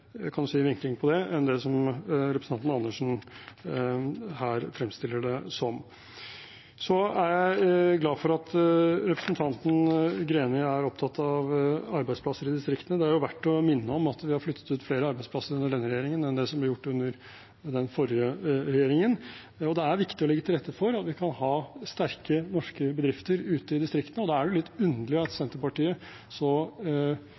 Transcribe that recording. vinkling på det enn det som representanten Andersen her fremstiller det som. Jeg er glad for at representanten Greni er opptatt av arbeidsplasser i distriktene. Det er verdt å minne om at vi har flyttet ut flere arbeidsplasser under denne regjeringen enn det som ble gjort under den forrige regjeringen. Det er viktig å legge til rette for at vi kan ha sterke norske bedrifter ute i distriktene, og da er det litt underlig at Senterpartiet med så